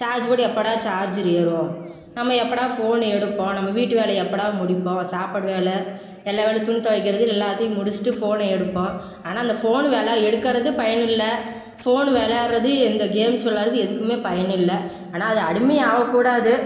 charge போட்டு எப்போடா charger ஏறும் நம்ம எப்போடா ஃபோன் எடுப்போம் நம்ம வீட்டு வேலை எப்போடா முடிப்போம் சாப்பாடு வேலை எல்லா வேலை துணி துவைக்கிறது எல்லாத்தையும் முடிச்சுட்டு ஃபோனை எடுப்போம் அந்த ஃபோன் வேலை எடுக்கிறது பயனில்லை ஃபோனு விளையாட்றது எந்த கேம்ஸ் விளையாடுறது எதுக்குமே பயனில்லை ஆனால் அது அடிமையாக கூடாது